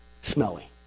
smelly